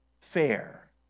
fair